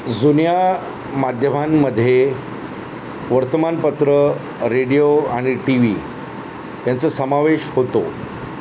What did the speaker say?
जुन्या माध्यमांमध्ये वर्तमानपत्र रेडिओ आणि टी व्ही ह्यांचा समावेश होतो